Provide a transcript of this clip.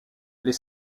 les